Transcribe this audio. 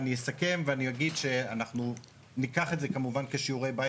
אני אסכם ואני אגיד שאנחנו ניקח את זה כמובן כשיעורי בית